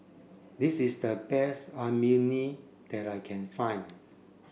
this is the best Imoni that I can find